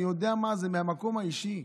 אני יודע מה זה מהמקום האישי,